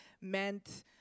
meant